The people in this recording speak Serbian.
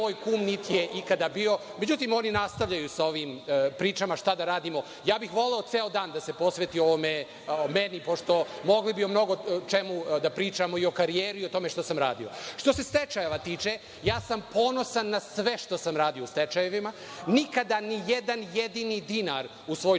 moj kum, niti je ikada bio. Međutim, oni nastavljaju sa ovim pričama, šta da radimo. Voleo bih ceo dan da se posveti meni, pošto bi mogli mnogo o čemu da pričamo, i o karijeri, i o tome šta sam radio. Što se stečajeva tiče, ponosan sam na sve što sam radio u stečajevima, nikada ni jedan jedini dinar u svoj džep